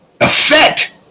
effect